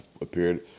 appeared